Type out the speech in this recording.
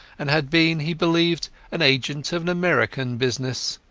and had been, he believed, an agent of an american business.